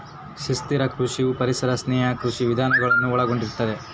ಸುಸ್ಥಿರ ಕೃಷಿಯು ಪರಿಸರ ಸ್ನೇಹಿ ಕೃಷಿ ವಿಧಾನಗಳನ್ನು ಒಳಗೊಂಡಿರುತ್ತದೆ